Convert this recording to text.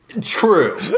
True